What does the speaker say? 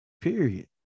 Period